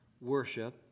worship